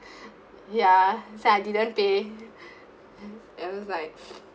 ya so I didn't pay I was like